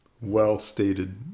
well-stated